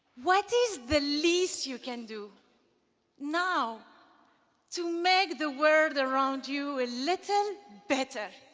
what is the least you can do now to make the world around you a little better?